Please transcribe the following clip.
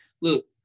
Look